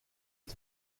est